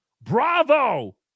Bravo